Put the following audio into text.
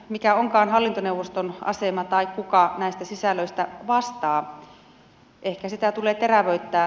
mikä onkaan hallintoneuvoston asema tai kuka näistä sisällöistä vastaa ehkä sitä tulee terävöittää